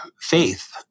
faith